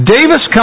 Davis